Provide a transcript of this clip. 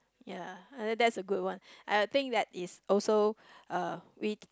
ya uh that's a good one I think that is also uh weak